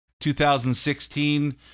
2016